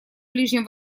ближнем